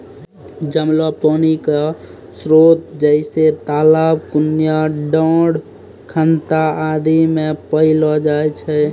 जमलो पानी क स्रोत जैसें तालाब, कुण्यां, डाँड़, खनता आदि म पैलो जाय छै